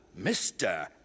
Mr